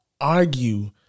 argue